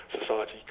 society